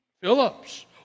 Phillips